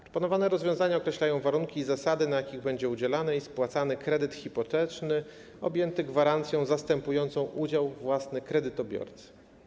Proponowane rozwiązania określają warunki i zasady, na jakich będzie udzielany i spłacany kredyt hipoteczny objęty gwarancją zastępującą udział własny kredytobiorcy.